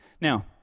Now